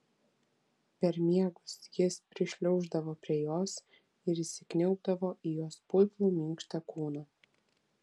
per miegus jis prišliauždavo prie jos ir įsikniaubdavo į jos putlų minkštą kūną